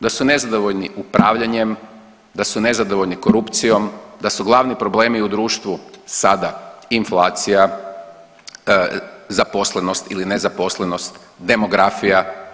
Da su nezadovoljni upravljanjem, da su nezadovoljni korupcijom, da su glavni problemi u društvu sada inflacija, zaposlenost ili nezaposlenost, demografija.